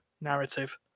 narrative